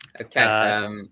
Okay